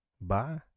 bye